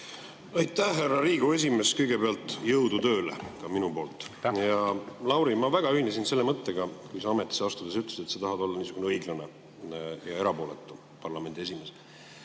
Aitäh, härra Riigikogu esimees! Kõigepealt jõudu tööle ka minu poolt! Aitäh! Hea Lauri, ma väga ühinesin selle mõttega, kui sa ametisse astudes ütlesid, et sa tahad olla niisugune õiglane ja erapooletu parlamendi esimees.